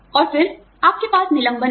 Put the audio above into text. और फिर आपके पास निलंबन होगा